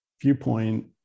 viewpoint